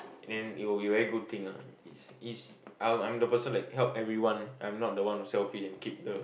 then it will be very good thing ah is is i'm i'm the person like help everyone i'm not the one who selfish and keep the